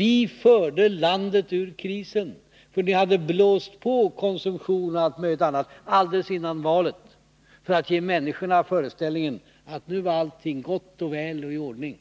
Vi förde landet ur krisen.” Ni hade blåst på konsumtion och allt möjligt annat alldeles före valet för att ge människorna föreställningen att allt nu var gott och väl och ekonomin i ordning.